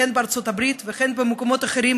כן בארצות הברית וכן במקומות אחרים,